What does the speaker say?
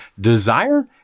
desire